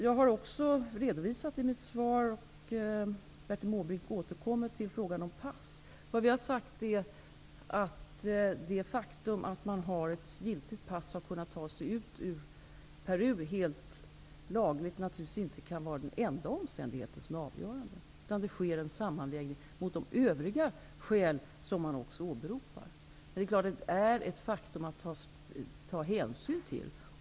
Bertil Måbrink återkommer till frågan om pass, och jag har också redovisat den i mitt svar. Vi har sagt att det faktum att man har ett giltigt pass och har kunnat ta sig ut ur Peru helt lagligt naturligtvis inte kan vara den enda omständigheten som är avgörande. Det sker en sammanvägning med de övriga skäl som man också åberopar. Men det är ett faktum att ta hänsyn till.